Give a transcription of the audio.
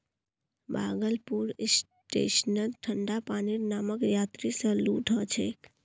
भागलपुर स्टेशनत ठंडा पानीर नामत यात्रि स लूट ह छेक